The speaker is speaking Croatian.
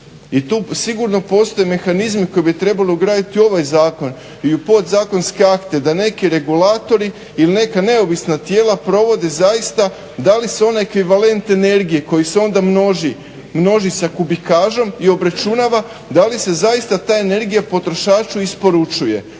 I tu sigurno postoje mehanizmi koje bi trebalo ugraditi u ovaj zakon i u podzakonske akte da neki regulatori ili neka neovisna tijela provode zaista da li su oni ekvivalent energije koji se onda množi, množi sa kubikažom i obračunava, da li se zaista ta energija potrošaču isporučuje.